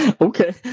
okay